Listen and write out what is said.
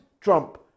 Trump